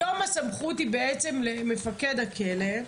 היום הסמכות היא בעצם למפקד הכלא.